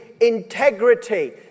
integrity